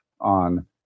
on